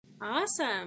Awesome